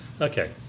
Okay